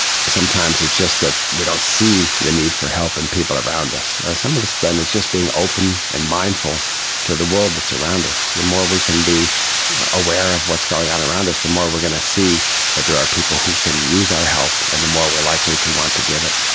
sometimes it's just that we don't see the need for help in and people around us. some of this then is just being open and mindful to the world that's around us. the more we can be aware of what's going on around us, the more we are going to see that there are people who can use our help and the more we are likely to want to give it.